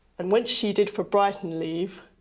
and when she did for brighton leave,